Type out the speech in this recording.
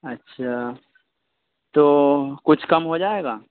اچھا تو کچھ کم ہو جائے گا